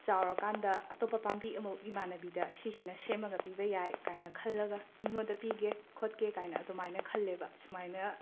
ꯆꯥꯎꯔꯀꯥꯟꯗ ꯑꯇꯣꯞꯄ ꯄꯥꯝꯕꯤ ꯑꯃꯨꯛ ꯏꯃꯥꯟꯅꯕꯤꯗ ꯁꯤꯁꯤꯅ ꯁꯦꯝꯃꯒ ꯄꯤꯕ ꯌꯥꯏ ꯀꯥꯏꯅ ꯈꯜꯂꯒ ꯃꯤꯉꯣꯟꯗ ꯄꯤꯒꯦ ꯈꯣꯠꯀꯦ ꯀꯥꯏꯅ ꯑꯗꯨꯃꯥꯏꯅ ꯈꯜꯂꯦꯕ ꯁꯨꯃꯥꯏꯅ